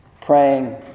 praying